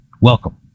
Welcome